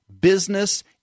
Business